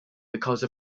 because